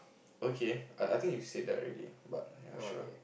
okay I I think you said that already but ya sure